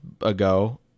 ago